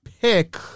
pick